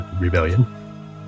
Rebellion